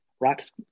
rock's